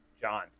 John